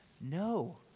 No